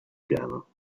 piano